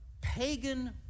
pagan